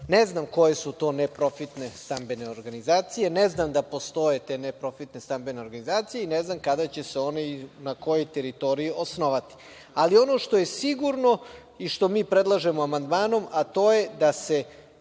znam koje su to neprofitne stambene organizacije. Ne znam da postoje te neprofitne stambene organizacije i ne znam kada će se one i na kojoj teritoriji osnovati. Ali ono što je sigurno i što mi predlažemo amandmanom, a to je da se